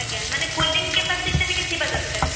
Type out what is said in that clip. ଆଜ୍ଞା ମାନେ କୁଲିଂ କାପାସିଟିଟା ଟିକେ ଥିବା ଦରକାର